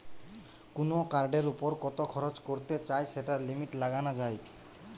কুনো কার্ডের উপর কত খরচ করতে চাই সেটার লিমিট লাগানা যায়